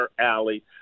alley